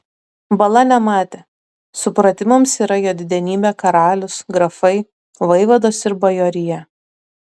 bala nematė supratimams yra jo didenybė karalius grafai vaivados ir bajorija